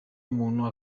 umuntu